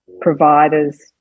providers